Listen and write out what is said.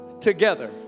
together